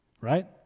Right